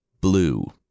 Blue